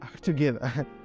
Together